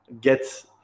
get